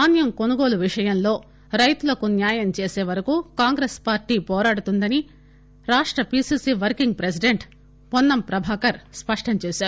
దాన్యం కొనుగోలు విషయంలో రైతులకు న్యాయం చేసేవరకు కాంగ్రేస్ పార్టీ వొరాడుతుందని రాష్ట PCC working president Ponnam Prabhakar స్పష్టం చేశారు